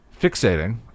fixating